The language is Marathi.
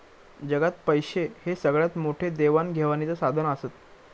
जगात पैशे हे सगळ्यात मोठे देवाण घेवाणीचा साधन आसत